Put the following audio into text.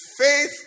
Faith